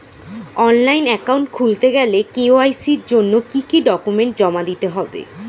Online account খুলতে গেলে KYC জন্য কি কি ডকুমেন্ট জমা দিতে হবে?